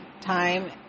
time